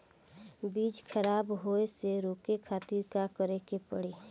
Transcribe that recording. बीज खराब होए से रोके खातिर का करे के पड़ी?